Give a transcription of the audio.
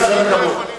זה בסדר גמור.